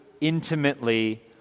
intimately